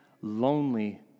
lonely